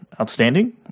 outstanding